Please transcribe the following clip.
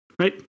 right